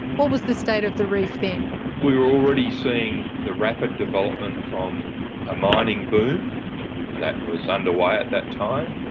what was the state of the reef then? we were already seeing the rapid development from a mining boom that was underway at that time,